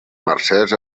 mercès